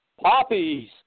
Poppies